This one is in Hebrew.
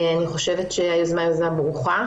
אני חושבת שהיוזמה הזו ברוכה.